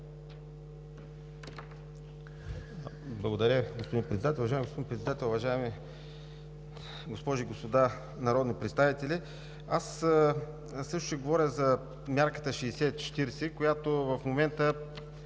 Уважаеми господин Председател, уважаеми госпожи и господа народни представители! Аз също ще говоря за мярката 60/40, която в момента…